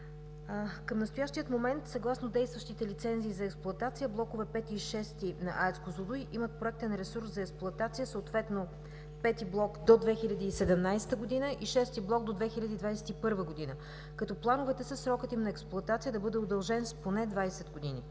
Към настоящия момент съгласно действащите лицензии за експлоатация блокове V-ти и VІ-ти на АЕЦ „Козлодуй“ имат проектен ресурс за експлоатация съответно: V-ти блок до 2017 г., и VІ-ти блок до 2021 г., като плановете са срокът им на експлоатация да бъде удължен поне с 20 години.